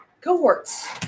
cohorts